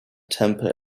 temple